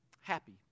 happy